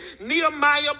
Nehemiah